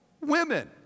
women